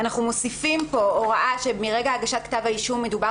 אנחנו מוסיפים פה הוראה שמרגע הגשת כתב האישום מדובר